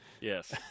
yes